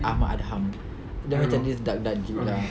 ahmad adham dia macam this dark dark dude lah